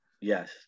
Yes